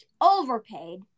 Overpaid